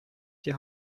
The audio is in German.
die